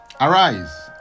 Arise